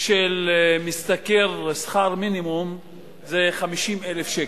של משתכר שכר מינימום זה 50,000 שקל.